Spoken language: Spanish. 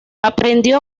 aprendió